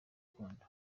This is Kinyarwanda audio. gakondo